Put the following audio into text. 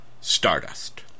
Stardust